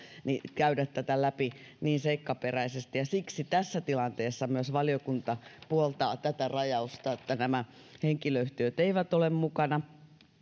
käydä tätä läpi niin seikkaperäisesti ja siksi tässä tilanteessa myös valiokunta puoltaa tätä rajausta että henkilöyhtiöt eivät ole mukana